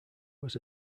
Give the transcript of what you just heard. was